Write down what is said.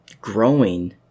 growing